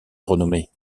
renommée